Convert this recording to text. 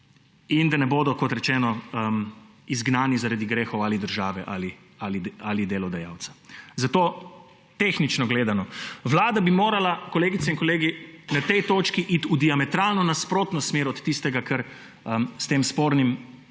in da ne bodo izgnani zaradi grehov države ali delodajalca. Zato tehnično gledano, vlada bi morala, kolegice in kolegi, na tej točki iti v diametralno nasprotno smer od tistega, kar s tem spornim